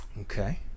Okay